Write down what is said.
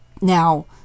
now